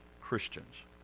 Christians